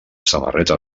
samarreta